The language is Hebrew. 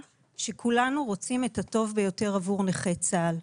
שכולנו רוצים את הטוב ביותר עבור נכי צה"ל.